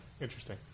interesting